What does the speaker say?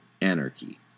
anarchy